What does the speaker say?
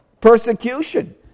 persecution